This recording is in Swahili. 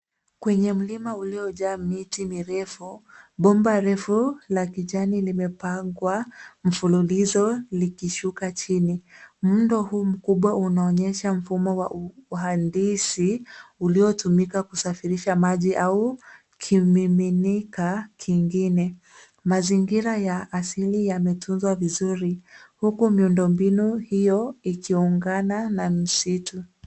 Kwenye mlima uliojaa miti mirefu, bomba refu la kijani limepangwa mfululizo likishuka chini. Muundo huu mkubwa unaonyesha mfumo wa uhandisi uliotumika kusafirisha maji au kimiminika kingine. Mazingira ya asili yametunzwa vizuri huku miundo mbinu hiyo ikiungana na msitu.